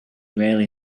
really